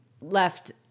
left